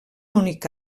únic